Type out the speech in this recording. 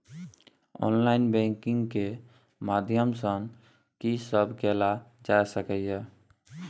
Online banking के माध्यम सं की सब कैल जा सके ये?